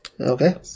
Okay